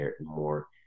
more